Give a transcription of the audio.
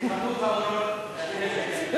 הצעת החוק תועבר לוועדת העבודה,